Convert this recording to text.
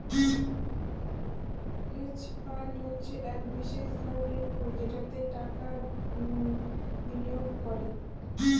hedge fund হচ্ছে এক বিশেষ ধরনের পুল যেটাতে টাকা বিনিয়োগ করে